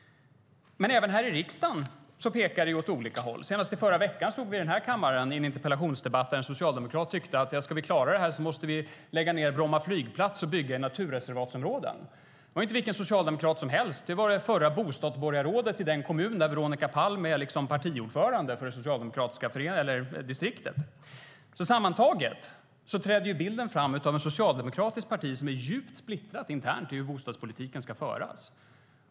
Men även här i riksdagen pekar det åt olika håll. Senast i förra veckan stod vi i den här kammaren i en interpellationsdebatt där en socialdemokrat ansåg att vi, om vi skulle klara det här, måste lägga ned Bromma flygplats och bygga i naturreservatsområden. Det var inte vilken socialdemokrat som helst. Det var det förra bostadsborgarrådet i den kommun där Veronica Palm är ordförande för Socialdemokraterna. Sammantaget träder bilden fram av ett socialdemokratiskt parti som är djupt splittrat internt när det gäller hur bostadspolitiken ska föras.